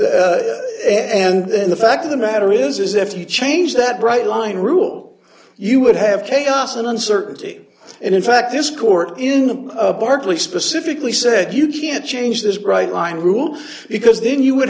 last and and then the fact of the matter is if you change that bright line rule you would have chaos and uncertainty and in fact this court in the barkly specifically said you can't change this bright line rule because then you would